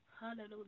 Hallelujah